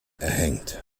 erhängt